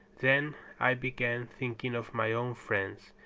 then i began thinking of my own friends,